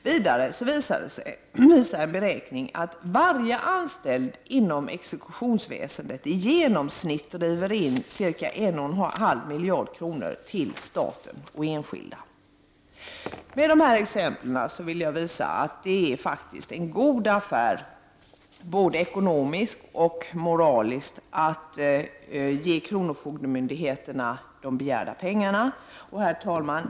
Vidare visar en beräkning att varje anställd inom exekutionsväsendet i genomsnitt driver in ca 1,5 milj.kr. till staten och enskilda. Med dessa exempel vill jag visa att det faktiskt är en god affär både ekonomiskt och moraliskt att ge kronofogdemyndigheterna de begärda pengarna.